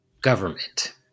government